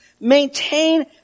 Maintain